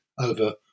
over